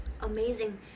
amazing